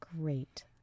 great